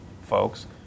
folks